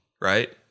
right